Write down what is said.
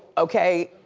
okay,